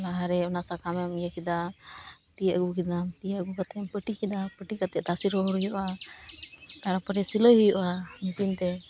ᱞᱟᱦᱟᱨᱮ ᱚᱱᱟ ᱥᱟᱠᱟᱢᱮᱢ ᱤᱭᱟᱹ ᱠᱮᱫᱟ ᱛᱤᱭᱟᱹᱜ ᱠᱮᱫᱟ ᱛᱤᱭᱟᱹᱜ ᱟᱹᱜᱩ ᱠᱟᱛᱮᱢ ᱯᱟᱹᱴᱤ ᱠᱮᱫᱟ ᱯᱟᱹᱴᱤ ᱠᱟᱛᱮ ᱫᱟᱥ ᱨᱚᱦᱚᱲ ᱦᱩᱭᱩᱜᱼᱟ ᱛᱟᱨᱯᱚᱨᱮ ᱥᱤᱞᱟᱹᱭ ᱦᱩᱭᱩᱜᱼᱟ ᱢᱮᱥᱤᱱ ᱛᱮ